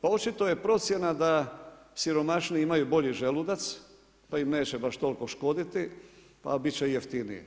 Pa očito je procjena da siromašniji imaju bolji želudac, pa im neće baš toliko škoditi, a biti će jeftiniji.